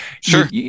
sure